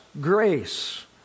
grace